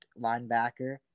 linebacker